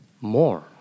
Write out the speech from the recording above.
more